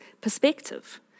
perspective